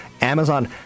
Amazon